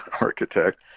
architect